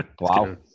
Wow